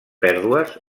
pèrdues